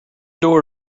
door